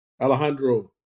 Alejandro